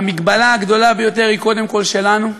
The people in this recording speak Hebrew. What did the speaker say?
והמגבלה הגדולה ביותר היא קודם כול שלנו.